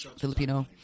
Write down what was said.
Filipino